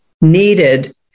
needed